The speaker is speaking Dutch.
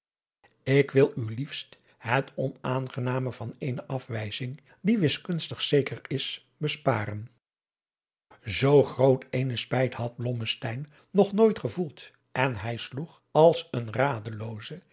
ik wil u liefst het onaangename van eene aswijzing die wiskunstig zeker is besparen zoo groot eene spijt had blommesteyn nog nooit gevoeld en bij sloeg als een